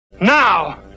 Now